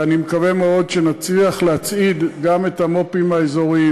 ואני מקווה מאוד שנצליח להצעיד גם את המו"פים האזוריים,